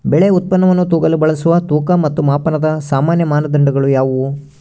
ಬೆಳೆ ಉತ್ಪನ್ನವನ್ನು ತೂಗಲು ಬಳಸುವ ತೂಕ ಮತ್ತು ಮಾಪನದ ಸಾಮಾನ್ಯ ಮಾನದಂಡಗಳು ಯಾವುವು?